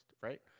right